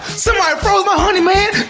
somebody froze my honey man,